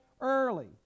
early